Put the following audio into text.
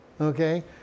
Okay